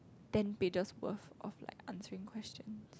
ten pages worth of like answering question